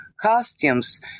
costumes